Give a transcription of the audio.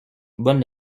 bonne